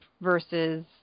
versus